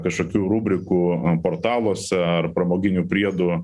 kašokių rubrikų portaluose ar pramoginių priedų